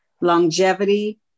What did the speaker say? longevity